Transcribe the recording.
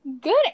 Good